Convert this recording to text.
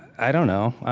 i don't know.